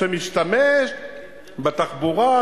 שמשתמש בתחבורה,